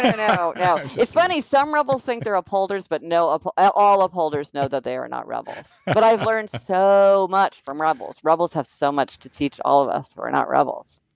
and no. no. it's funny, some rebels think they're upholders, but, no, ah but ah all upholders know that they are not rebels, but i've learned so much from rebels rebels have so much to teach all of us who are not rebels